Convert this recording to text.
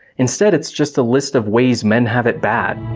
instead it's just a list of ways men have it bad.